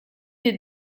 des